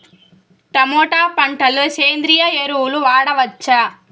Tomato పంట లో సేంద్రియ ఎరువులు వాడవచ్చా?